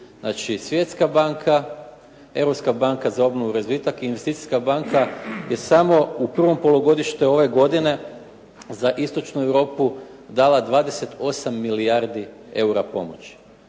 Znači, Svjetska banka, Europska banka za obnovu i razvitak i Investicijska banka je samo u prvom polugodištu ove godine za Istočnu Europu dala 28 milijardi eura pomoći.